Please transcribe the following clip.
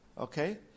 okay